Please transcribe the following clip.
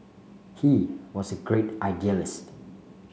he was a great idealist